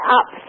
up